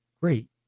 Great